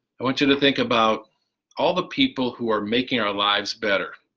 i want you to think about all the people who are making our lives better.